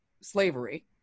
slavery